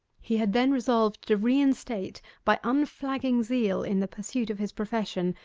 he had then resolved to reinstate by unflagging zeal in the pursuit of his profession,